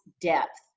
depth